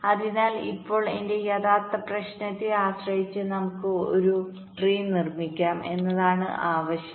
അതിനാൽ ഇപ്പോൾ എന്റെ യഥാർത്ഥ പ്രശ്നത്തെ ആശ്രയിച്ച് നമുക്ക് ഒരു മരം നിർമ്മിക്കാം എന്നതാണ് ആവശ്യം